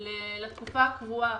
לתקופה הקבועה.